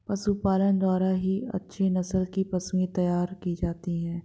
पशुपालन के द्वारा ही अच्छे नस्ल की पशुएं तैयार की जाती है